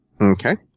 Okay